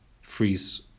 freeze